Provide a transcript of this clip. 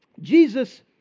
Jesus